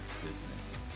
business